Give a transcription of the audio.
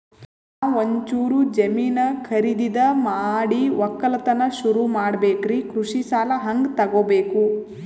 ನಾ ಒಂಚೂರು ಜಮೀನ ಖರೀದಿದ ಮಾಡಿ ಒಕ್ಕಲತನ ಸುರು ಮಾಡ ಬೇಕ್ರಿ, ಕೃಷಿ ಸಾಲ ಹಂಗ ತೊಗೊಬೇಕು?